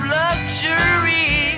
luxury